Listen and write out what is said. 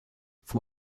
vom